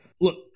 look